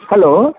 hello